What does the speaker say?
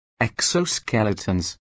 exoskeletons